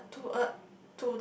to a to a